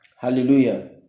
Hallelujah